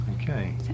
Okay